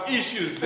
issues